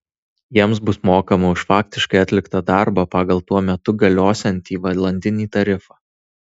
jiems bus mokama už faktiškai atliktą darbą pagal tuo metu galiosiantį valandinį tarifą